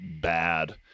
bad